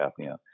apnea